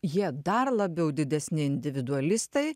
jie dar labiau didesni individualistai